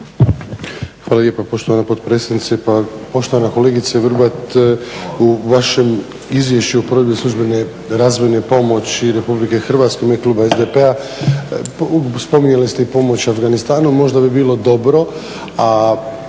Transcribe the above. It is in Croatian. Hvala lijepo poštovana potpredsjednice. Pa poštovana kolegice Vrbat, u vašem izvješću u provedbi službene razvojne pomoći RH u ime Kluba SDP-a spominjali ste i pomoć Afganistanu. Možda bi bilo dobro